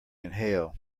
inhale